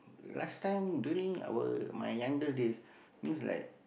last time during our my younger days means like